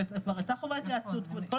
זאת אומרת,